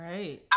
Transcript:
Right